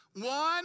One